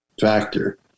factor